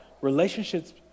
relationships